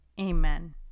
Amen